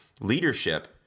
leadership